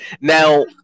Now